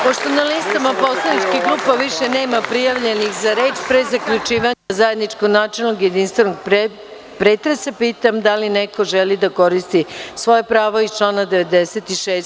Pošto na listama poslaničkih grupa više nema prijavljenih za reč, pre zaključivanja zajedničkog načelnog jedinstvenog pretresa pitam da li neko želi da koristi svoje pravo iz člana 96.